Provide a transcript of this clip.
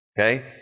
Okay